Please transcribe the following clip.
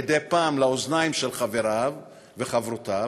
מדי פעם לאוזניים של חבריו וחברותיו,